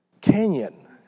canyon